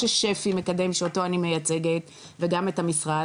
שהשירות הפסיכולוגי ייעוצי מקדם שאותו אני מייצגת וגם את המשרד,